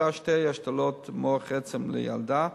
ביצעה שתי השתלות מח עצם לילדה,